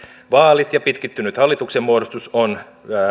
vaalit ja pitkittynyt hallituksen muodostus on